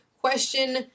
question